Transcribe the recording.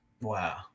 Wow